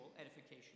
edification